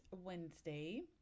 Wednesday